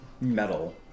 metal